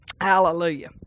Hallelujah